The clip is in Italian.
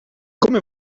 come